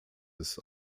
ist